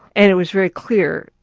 and it was very clear,